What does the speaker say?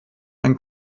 ein